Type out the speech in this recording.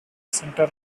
center